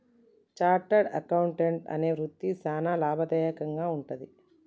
chartered accountant అనే వృత్తి సానా లాభదాయకంగా వుంటది